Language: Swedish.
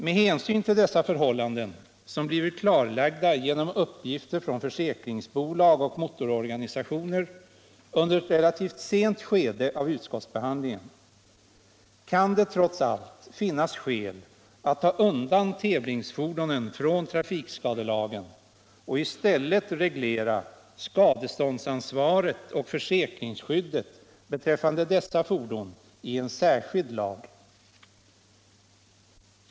| Med hänsyn till dessa förhållanden, som blivit klarlagda genom upp | gifter från försäkringsbolag och motororganisationer under ett relativt sent skede av utskottsbehandlingen, kan det trots allt finnas skäl att | ta undan tävlingsfordonen från trafikskadelagen och i stället reglera skadeståndsansvaret och försäkringsskyddet beträffande dessa fordon i en | särskild lag.